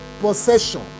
possession